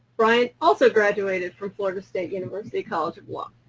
bryan also graduated from florida state university college of law.